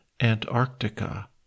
Antarctica